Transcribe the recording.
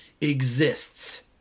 exists